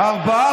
אברמוביץ',